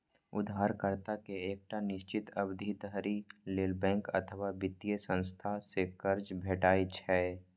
उधारकर्ता कें एकटा निश्चित अवधि धरि लेल बैंक अथवा वित्तीय संस्था सं कर्ज भेटै छै